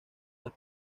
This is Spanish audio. las